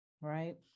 right